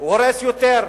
הוא הורס יותר.